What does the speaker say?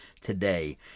today